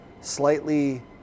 slightly